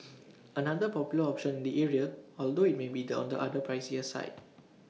another popular option in the area although IT may be the on the pricier side